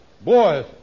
boys